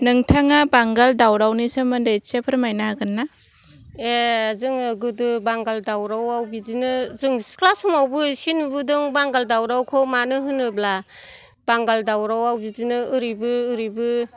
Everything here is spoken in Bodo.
नोंथाङा बांगाल दावरावनि सोमोन्दै एसे फोरमायनो हागोन ना ए जोङो गोदो बांगाल दावरावआव बिदिनो जों सिख्ला समावबो एसे नुबोदों बांगाल दावरावखौ मानो होनोब्ला बांगाल दावरावआव बिदिनो ओरैबो ओरैबो